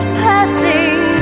passing